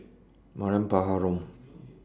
Mariam Baharom